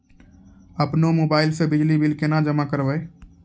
अपनो मोबाइल से बिजली बिल केना जमा करभै?